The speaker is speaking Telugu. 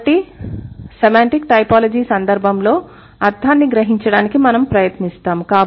కాబట్టి సెమాంటిక్ టైపోలాజీ సందర్భంలో అర్థాన్ని గ్రహించటానికి మనం ప్రయత్నిస్తాము